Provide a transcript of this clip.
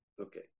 Okay